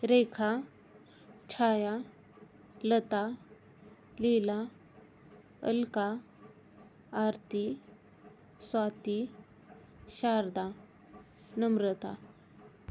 Rekha Chhaya Lata Leela Alka Aarti Swati Sharda Namrata